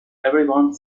everyone